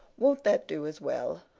won't that do as well?